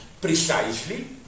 precisely